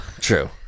true